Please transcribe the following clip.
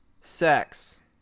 sex